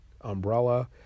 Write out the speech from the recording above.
umbrella